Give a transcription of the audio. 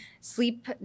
sleep